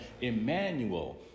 Emmanuel